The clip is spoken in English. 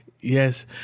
yes